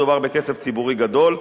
מדובר בכסף ציבורי גדול,